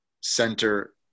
center